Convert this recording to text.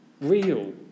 real